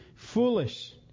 Foolish